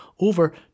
over